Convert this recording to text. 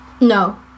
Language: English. No